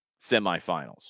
semifinals